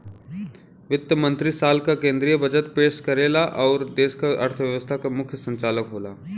वित्त मंत्री साल क केंद्रीय बजट पेश करेला आउर देश क अर्थव्यवस्था क मुख्य संचालक होला